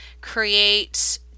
create